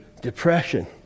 depression